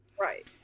right